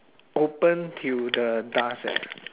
open till the dusk eh